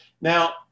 Now